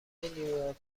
نیویورکتایمز